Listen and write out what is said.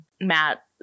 Matt